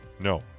No